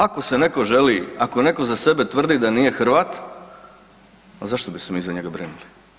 Ako se netko želi, ako netko za sebe tvrdi da nije Hrvat zašto bi se za njega brinuli?